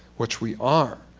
which we are.